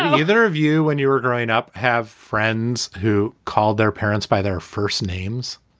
either of you, when you were growing up, have friends who called their parents by their first names.